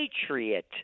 patriot